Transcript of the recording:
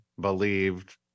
believed